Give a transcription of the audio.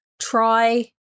Try